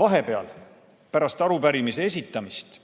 Vahepeal, pärast arupärimise esitamist,